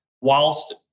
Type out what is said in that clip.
whilst